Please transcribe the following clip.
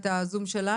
אני אשלים את דבריה,